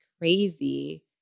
crazy